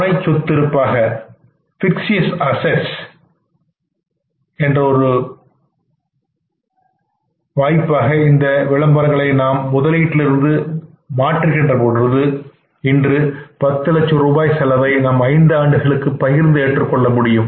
புனைச் பொய் சொத்திருப்பாக இந்த விளம்பரங்களை நாம் முதலீடிலிருந்து மாற்றுகின்ற பொழுது இன்று 10 லட்ச ரூபாய் செலவை நாம் ஐந்தாண்டுகளுக்கு பகிர்ந்து ஏற்றுக்கொள்ள முடியும்